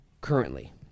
Currently